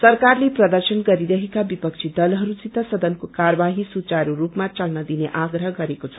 सरकारले प्रदर्शन गरिरहेका विपक्षी दलहस्सित सदनको कार्यवाही सुचारू रूपमा चल्न दिने आव्रह गरेको छ